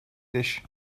dish